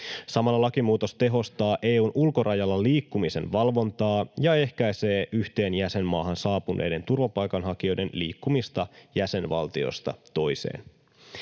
Samalla lakimuutos tehostaa EU:n ulkorajalla liikkumisen valvontaa ja ehkäisee yhteen jäsenmaahan saapuneiden turvapaikanhakijoiden liikkumista jäsenvaltiosta toiseen.